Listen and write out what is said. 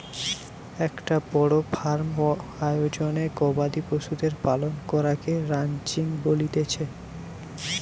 একটো বড় ফার্ম আয়োজনে গবাদি পশুদের পালন করাকে রানচিং বলতিছে